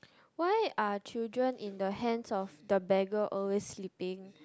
why are children in the hands of the beggar always sleeping